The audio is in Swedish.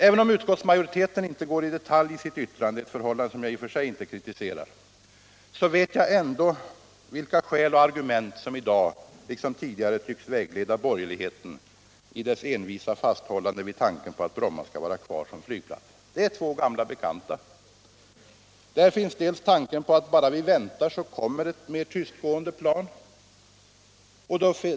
Även om utskottsmajoriteten inte går in i detalj i sitt yttrande, ett förhållande som jag i och för sig inte kritiserar, så vet jag vilka skäl och argument som i dag, liksom tidigare, tycks vägleda borgerligheten i dess envisa fasthållande vid tanken på att Bromma skall vara kvar som flygplats. Det är två gamla bekanta. Där finns tanken på att bara vi väntar, så kommer det mera tystgående plan.